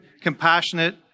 compassionate